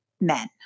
men